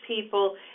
people